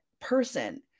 person